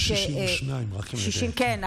62. כן,